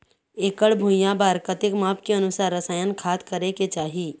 एकड़ भुइयां बार कतेक माप के अनुसार रसायन खाद करें के चाही?